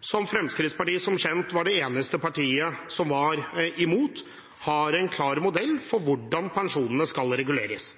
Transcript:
som Fremskrittspartiet – som kjent – var det eneste partiet som var imot, har en klar modell for hvordan pensjonene skal reguleres.